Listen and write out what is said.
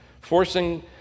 forcing